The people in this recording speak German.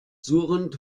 surrend